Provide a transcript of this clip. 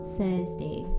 Thursday